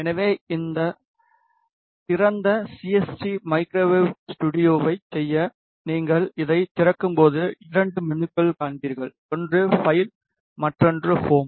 எனவே அந்த திறந்த சிஎஸ்டி மைக்ரோவேவ் ஸ்டுடியோவைச் செய்ய நீங்கள் இதைத் திறக்கும்போது இரண்டு மெனுக்களைக் காண்பீர்கள் ஒன்று ஃபைல் மற்றொன்று ஹோம்